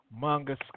Manga